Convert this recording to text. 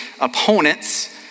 opponents